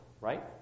right